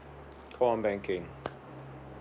call one banking